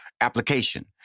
application